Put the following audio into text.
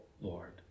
Lord